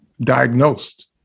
diagnosed